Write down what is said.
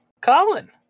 Colin